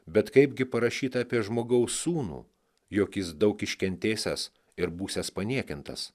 bet kaipgi parašyta apie žmogaus sūnų jog jis daug iškentėsiąs ir būsiąs paniekintas